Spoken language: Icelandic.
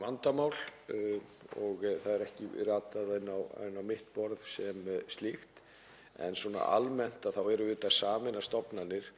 vandamál og það hefur ekki ratað inn á mitt borð sem slíkt. En svona almennt þá erum við auðvitað að sameina stofnanir